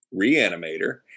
reanimator